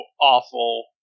awful